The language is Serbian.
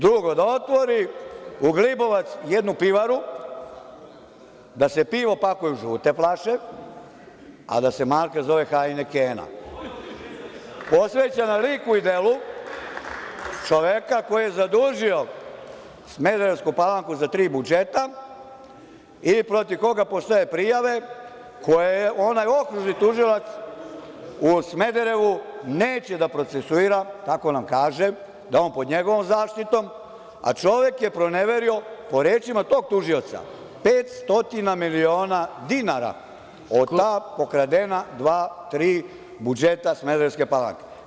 Drugo, da otvori u Glibovac jednu pivaru, da se pivo pakuje u žute flaše, a da se marka zove „hajnekena“, posvećena liku i delu čoveka koji je zadužio Smederevsku Palanku za tri budžeta i protiv koga postoje prijave koje onaj okružni tužilac u Smederevu neće da procesuira, kako nam kaže, da je on pod njegovom zaštitom, a čovek je proneverio, po rečima tog tužioca, 500 miliona dinara od pokradena dva, tri budžeta Smederevske Palanke.